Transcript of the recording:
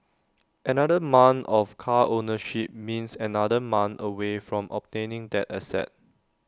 another month of car ownership means another month away from obtaining that asset